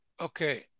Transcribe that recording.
Okay